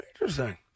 Interesting